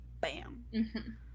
bam